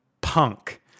punk